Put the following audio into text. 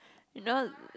you know